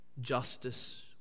Justice